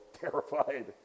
terrified